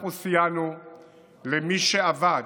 אנחנו סייענו למי שעבד,